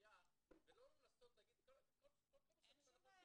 לבעיה ולא לנסות להגיד כל כמה שנים -- אין שום בעיה,